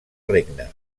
regne